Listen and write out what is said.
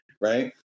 right